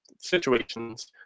Situations